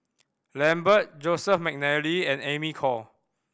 Lambert Joseph McNally and Amy Khor